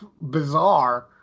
bizarre